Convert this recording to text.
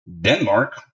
Denmark